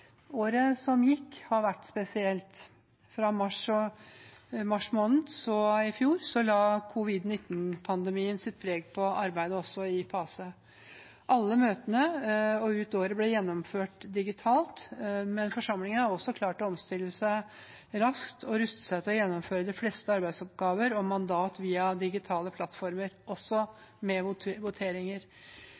Året som har gått, har vært spesielt. Fra mars i fjor la covid-19-pandemien sitt preg på arbeidet også i PACE. Alle møtene ut året ble gjennomført digitalt, men forsamlingen har også klart å omstille seg raskt og rustet seg til å gjennomføre de fleste arbeidsoppgaver og mandat via digitale plattformer, også med voteringer.